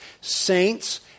saints